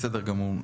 בסדר גמור.